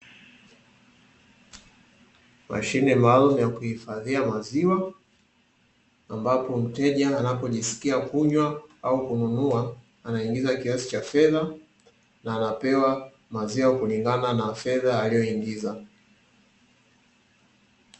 Mashine maalumu ya kuhifadhia maziwa, ambapo mteja anapojiskia kunywa au kununua anaingiza kiasi cha fedha na anapewa maziwa kulingana na fedha aliyoingiza.